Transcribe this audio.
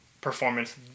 performance